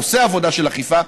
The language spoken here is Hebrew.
עושה עבודה של אכיפה,